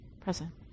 present